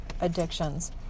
addictions